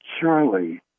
Charlie